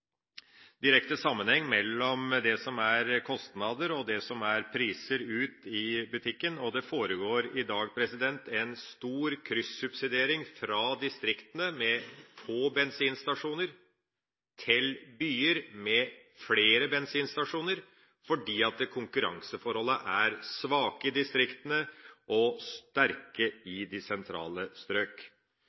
direkte sammenheng mellom det som er kostnader, og det som er priser ute i butikkene. Det foregår i dag en stor kryssubsidiering fra distriktene med få bensinstasjoner til byer med flere bensinstasjoner, fordi konkurranseforholdene er svake i distriktene og sterke i de sentrale strøk.